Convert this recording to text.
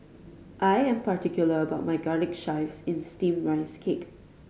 I am particular about my garlic chives in Steamed Rice Cake